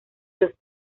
los